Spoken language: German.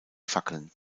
fackeln